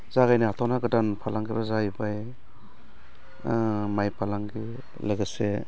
जागायनो हाथावना गोदान फालांगिरिया जाहैबाय माइ फालांगि लोगोसे